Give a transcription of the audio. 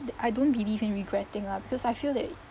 th~ I don't believe in regretting lah because I feel like